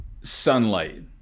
sunlight